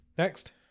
next